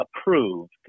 approved